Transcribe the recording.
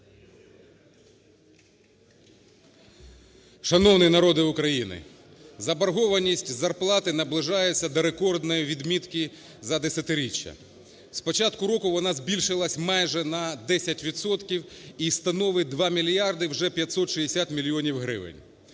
Шановний народе України! Заборгованість зарплати наближається до рекордної відмітки за десятиріччя, з початку року вона збільшилася майже на 10 відсотків і становить 2 мільярди вже 560 мільйонів гривень.